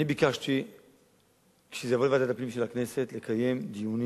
אני ביקשתי מחברי ועדת הפנים של הכנסת לקיים דיונים